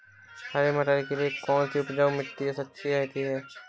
हरे मटर के लिए कौन सी उपजाऊ मिट्टी अच्छी रहती है?